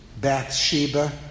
Bathsheba